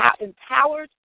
empowered